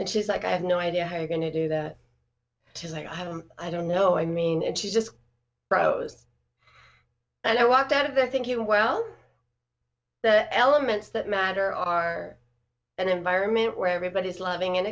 and she's like i have no idea how you're going to do that she's like i don't i don't know i mean and she just wrote was and i walked out of the i think you well the elements that matter are an environment where everybody is loving and